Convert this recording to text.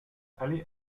aller